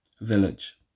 Village